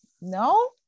no